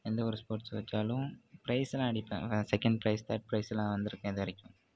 எந்த ஒரு ஸ்போட்ஸ் வச்சாலும் ப்ரைஸெலாம் அடிப்பேன் செகேண்ட் ப்ரைஸ் தேர்ட் ப்ரைஸெலாம் வந்திருக்கேன் இது வரைக்கும்